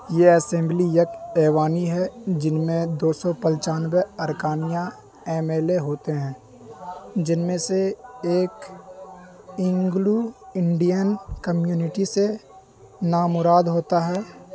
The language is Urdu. یہ اسمبلی یک ایوانی ہے جن میں دو سو پنچانوے ارکان یا ایم ایل اے ہوتے ہیں جن میں سے ایک اینگلو انڈین کمیونٹی سے نامراد ہوتا ہے